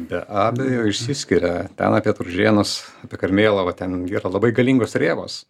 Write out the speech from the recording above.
be abejo išsiskiria ten apie turžėnus karmėlavą ten gi yra labai galingos rėvos